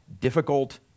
difficult